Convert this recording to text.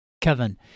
Kevin